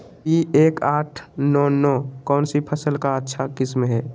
P एक आठ नौ नौ कौन सी फसल का अच्छा किस्म हैं?